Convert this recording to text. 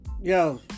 Yo